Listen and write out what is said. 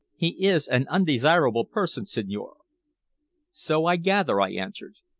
he is an undesirable person, signore. so i gather, i answered.